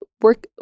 work